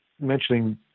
mentioning